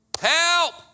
help